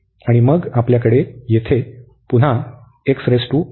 आणि मग आपल्याकडे येथे पुन्हा आहे